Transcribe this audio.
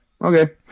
okay